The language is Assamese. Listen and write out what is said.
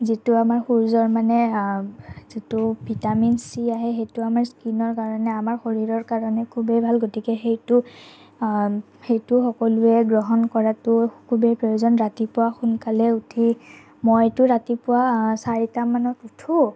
যিটো আমাৰ সূৰ্যৰ মানে যিটো ভিটামিন চি আহে সেইটো আমাৰ স্কীণৰ কাৰণে আমাৰ শৰীৰৰ কাৰণে খুবেই ভাল গতিকে সেইটো সেইটো সকলোৱে গ্ৰহণ কৰাটো খুবেই প্ৰয়োজন ৰাতিপুৱা সোনকালে উঠি মইটো ৰাতিপুৱা চাৰিটামানত উঠোঁ